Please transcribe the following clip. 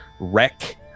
wreck